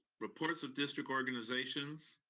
reports of district organizations,